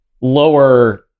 lower